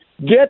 Get